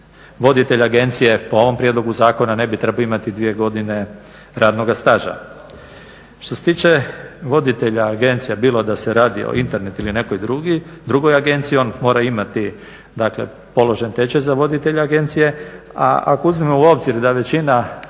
voditelj agencije po ovom prijedlogu zakona ne bi trebao imati dvije godine radnoga staža. Što se tiče voditelja agencija bilo da se radi o Internet ili nekoj drugoj agenciji on mora imati dakle položen tečaj za voditelja agencije a ako uzmemo u obzir da većina